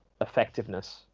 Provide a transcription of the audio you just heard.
effectiveness